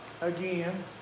again